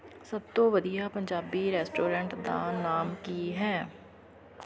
ਸਭ ਤੋਂ ਵਧੀਆ ਪੰਜਾਬੀ ਰੈਸਟੋਰੈਂਟ ਦਾ ਨਾਮ ਕੀ ਹੈ